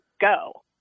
go